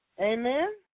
Amen